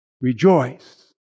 rejoice